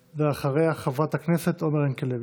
ואחריה, חברת הכנסת עומר ינקלביץ'.